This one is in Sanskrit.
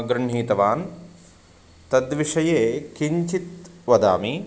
गृहीतवान् तद्विषये किञ्चित् वदामि